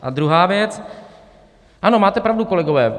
A druhá věc: ano, máte pravdu, kolegové.